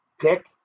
pick